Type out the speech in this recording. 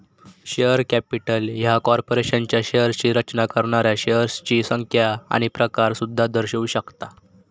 share capital ह्या कॉर्पोरेशनच्या शेअर्सची रचना करणाऱ्या शेअर्सची संख्या आणि प्रकार सुद्धा दर्शवू शकता